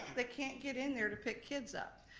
they can't get in there to pick kids up.